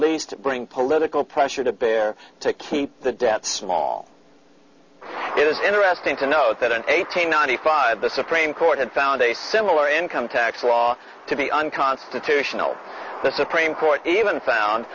least bring political pressure to bear to keep the debt small it is interesting to know that an eight hundred ninety five the supreme court had found a similar income tax law to be unconstitutional the supreme court even found